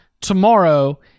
tomorrow